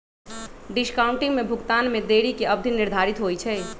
discounting में भुगतान में देरी के अवधि निर्धारित होइ छइ